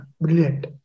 Brilliant